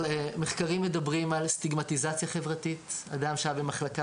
מחקרים מדברים על סטיגמטיזציה חברתית אדם שהיה במחלקה